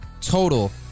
total